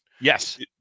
Yes